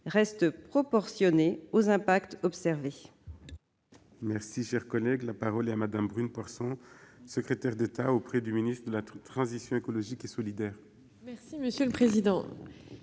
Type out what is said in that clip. restent proportionnées aux impacts observés